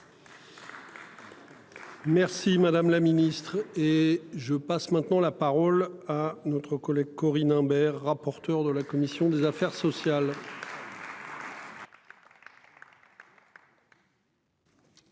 Merci madame la ministre et je passe maintenant la parole à notre collègue Corinne Imbert rapporteure de la commission des affaires sociales.